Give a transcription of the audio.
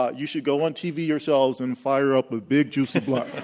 ah you should go on tv yourselves and fire up a big juicy blunt.